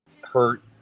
hurt